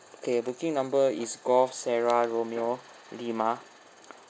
okay booking number is golf sara romeo lima